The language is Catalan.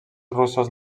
russos